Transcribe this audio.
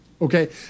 okay